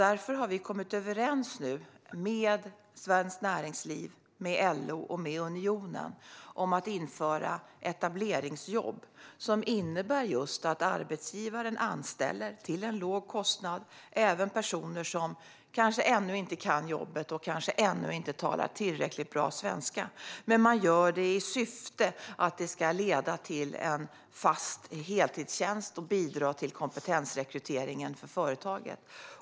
Därför har vi nu kommit överens med Svenskt Näringsliv, med LO och med Unionen om att införa etableringsjobb som innebär just att arbetsgivaren anställer till en låg kostnad även personer som kanske ännu inte kan jobbet och ännu inte talar tillräckligt bra svenska. Man vill göra detta i syfte att det ska leda till en fast heltidstjänst och bidra till kompetensrekryteringen för företaget.